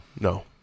no